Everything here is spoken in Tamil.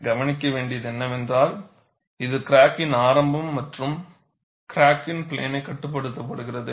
கவனிக்க வேண்டியது என்னவென்றால் இது கிராக்கின் ஆரம்பம் மற்றும் கிராக்கின் பிளேனை கட்டுப்படுத்துகிறது